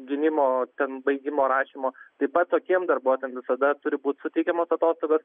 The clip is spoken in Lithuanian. gynimo ten baigimo rašymo taip pat tokiem darbuotojam visada turi būti suteikiamos atostogos